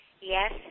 yes